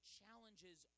challenges